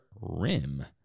rim